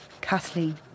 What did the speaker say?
Kathleen